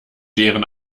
deren